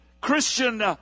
christian